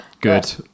Good